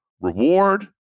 reward